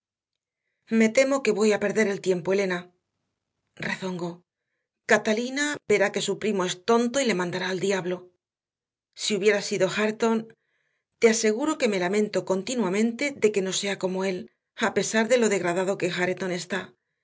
me temo que voy a perder el tiempo elena rezongócatalina verá que su primo es tonto y le mandará al diablo si hubiera sido hareton te aseguro que me lamento continuamente de que no sea como él a pesar de lo degradado que hareton está